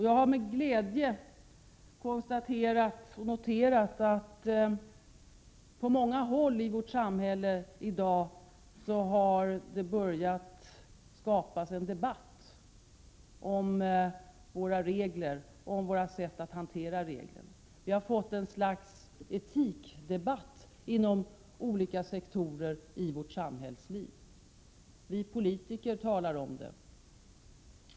Jag har med glädje noterat att det i dag på många håll i vårt samhälle har börjat skapas en debatt om våra regler och vårt sätt att hantera reglerna. Vi har fått en etikdebatt inom olika sektorer av vårt samhällsliv. Vi politiker talar om det.